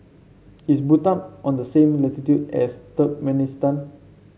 is Bhutan on the same latitude as Turkmenistan